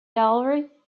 gallery